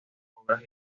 obras